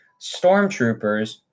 stormtroopers